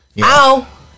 ow